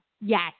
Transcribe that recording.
Yes